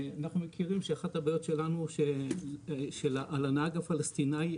אנחנו מכירים שאחת הבעיות שלנו על הנהג הפלסטינאי,